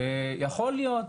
יכול להיות.